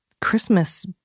Christmas